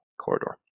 corridor